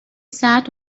sat